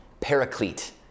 paraclete